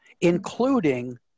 including